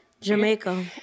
Jamaica